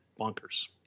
bonkers